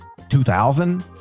2000